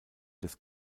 des